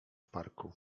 parku